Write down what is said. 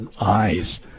eyes